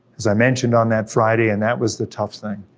as i mentioned on that friday, and that was the tough thing.